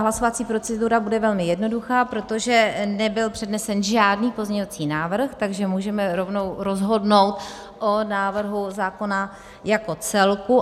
Hlasovací procedura bude velmi jednoduchá, protože nebyl přednesen žádný pozměňovací návrh, takže můžeme rovnou rozhodnout o návrhu zákona jako celku.